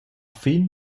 fin